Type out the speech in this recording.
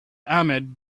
ahmed